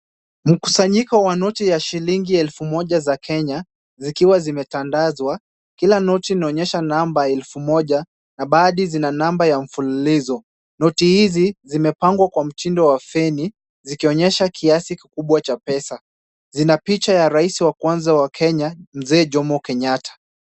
Mkusanyiko wa noti za shilingi elfu moja za Kenya, zikiwa zimetandazwa, kila noti inaonyesha nambari elfu moja na baadhi zina nambari ya mfululizo. Noti hizi zimepangwa kwa mtindo wa feni zikionyesha kiasi kikubwa cha pesa. Zina picha ya rais wa kwanza wa Kenya Mzee Jomo Kenyatta.